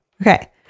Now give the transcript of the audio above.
Okay